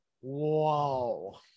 Whoa